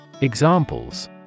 Examples